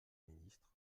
ministre